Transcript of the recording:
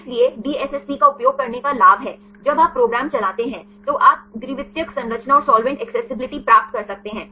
इसलिए DSSP का उपयोग करने का लाभ है जब आप प्रोग्राम चलाते हैं तो आप द्वितीयक संरचना और साल्वेंट एक्सेसिबिलिटी प्राप्त कर सकते हैं